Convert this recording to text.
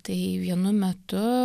tai vienu metu